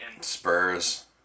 Spurs